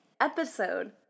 episode